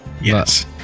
yes